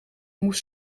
moest